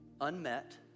unmet